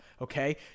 Okay